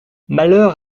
malheur